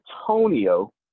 Antonio